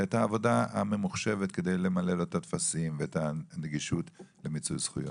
את העבודה הממוחשבת כדי למלא לו את הטפסים ואת הנגישות למיצוי זכויות.